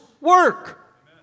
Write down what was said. work